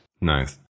Nice